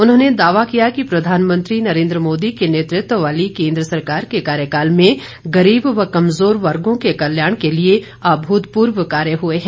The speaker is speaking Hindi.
उन्होंने दावा किया कि प्रधानमंत्री नरेन्द्र मोदी के नेतृत्व वाली केन्द्र सरकार के कार्यकाल में गरीब व कमजोर वर्गों के कल्याण के लिए अभूतपूर्व कार्य हए हैं